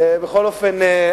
בכל אופן,